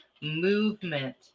movement